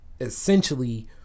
essentially